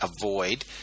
avoid